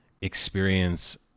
experience